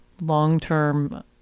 Long-term